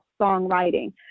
songwriting